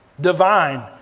Divine